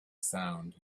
sound